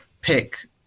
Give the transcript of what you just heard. pick